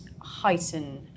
heighten